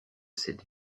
cette